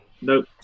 Nope